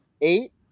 eight